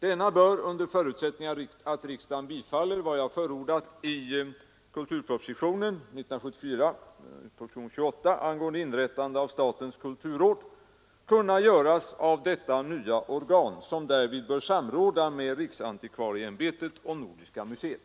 Denna bör, under förutsättning att riksdagen bifaller vad jag förordat i propositionen 1974:28 angående inrättande av statens kulturråd, kunna göras av detta nya organ, som därvid bör samråda med riksantikvarieämbetet och Nordiska museet.